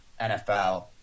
nfl